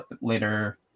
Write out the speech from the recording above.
later